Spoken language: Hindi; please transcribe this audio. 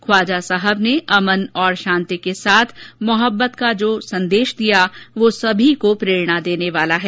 ख्वाजा साहब ने अमन और शांति के साथ मोहब्बत का जो संदेश दिया वह सभी को प्रेरणा देने वाला है